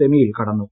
സെമിയിൽ കടന്നു